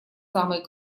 самой